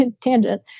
tangent